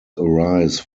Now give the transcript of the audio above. arise